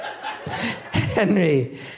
Henry